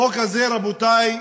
החוק הזה, רבותי,